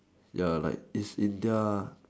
ya like is in their